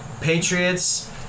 Patriots